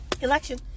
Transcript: election